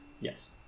Yes